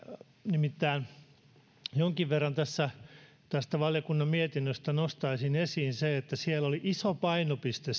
nimittäin jonkin verran tässä tästä valiokunnan mietinnöstä nostaisin esiin sen että siellä oli iso painopiste